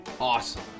Awesome